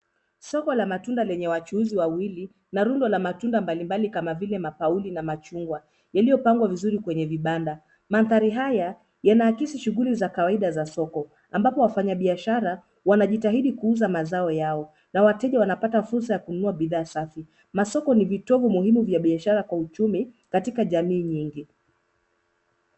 Soko la matunda lenye wachuuzi wawili na rundo la matunda mbalimbali kama vile mapauli na machungwa yaliyopangwa vizuri kwenye vibanda. Mandhari haya yanaakishi shughuli za kawaida za soko ambapo wafanyabiashara wanajitahidi kuuza mazao yao na wateja wanapata fursa ya kununua bidhaa safi. Masoko ni vitovu muhimu vya biashara kwa uchumi katika jamii nyingi.